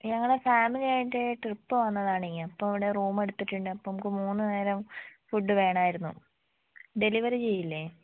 ഞങ്ങള് ഫാമിലി ആയിട്ട് ട്രിപ്പ് വന്നതാണേ അപ്പ അവിടെ റൂം എടുത്തിട്ടുണ്ട് അപ്പ നമുക്ക് മൂന്ന് നേരം ഫുഡ് വേണായിരുന്നു ഡെലിവറി ചെയ്യില്ലേ